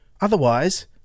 Otherwise